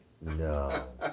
no